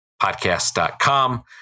podcast.com